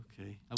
Okay